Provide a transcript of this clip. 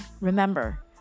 Remember